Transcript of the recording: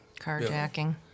Carjacking